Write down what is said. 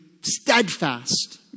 steadfast